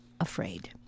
afraid